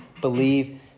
believe